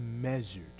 measured